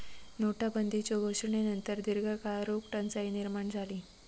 नोटाबंदीच्यो घोषणेनंतर दीर्घकाळ रोख टंचाई निर्माण झाली